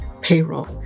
payroll